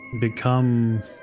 become